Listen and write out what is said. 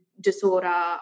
disorder